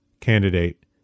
candidate